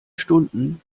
stunden